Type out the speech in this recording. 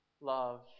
love